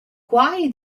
quai